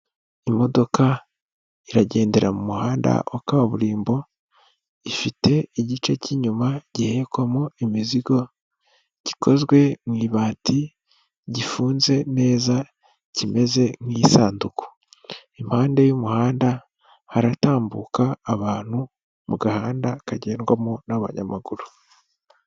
Imodoka iragendera mu muhanda wa kaburimbo, ifite igice cy'inyuma gihekwamo imizigo, gikozwe mu ibati, gifunze neza, kimeze nk'isanduku. Impande y'umuhanda haratambuka abantu, mu gahanda kagendwamo n'abanyamaguru.